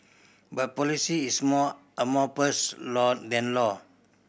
but policy is more amorphous law than law